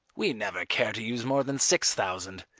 we never care to use more than six thousand.